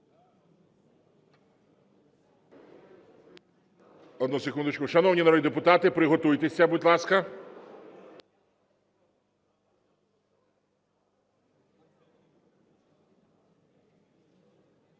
Одну секундочку. Шановні народні депутати, приготуйтеся, будь ласка.